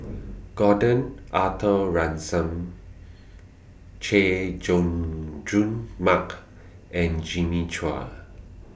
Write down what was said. Gordon Arthur Ransome Chay Jung Jun Mark and Jimmy Chua